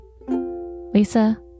Lisa